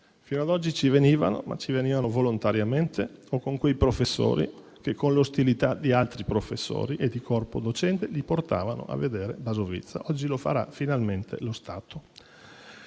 Fino ad oggi ci venivano, ma ci venivano volontariamente o con quei professori che, con l'ostilità di altri professori e del corpo docente, li portavano a vedere Basovizza. Oggi lo farà, finalmente, lo Stato.